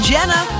Jenna